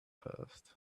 passed